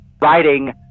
riding